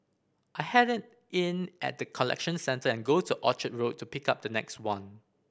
I hand it in at the collection centre and go to Orchard Road to pick up the next one